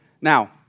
Now